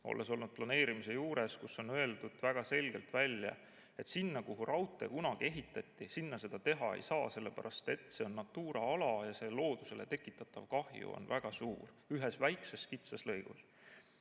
olen olnud selle planeerimise juures – on öeldud väga selgelt välja, et sinna, kuhu raudtee kunagi ehitati, seda teha ei saa, sest see on Natura ala ja loodusele tekitatav kahju on väga suur, ühes väikses kitsas lõigus.